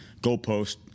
goalpost